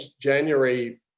January